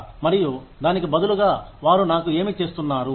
మరియు దానికి బదులుగా వారు నాకు ఏమి చేస్తున్నారు